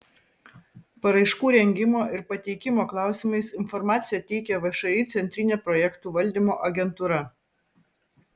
paraiškų rengimo ir pateikimo klausimais informaciją teikia všį centrinė projektų valdymo agentūra